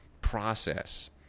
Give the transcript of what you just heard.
process